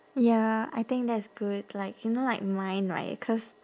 ya I think that is good like you know like mine right cause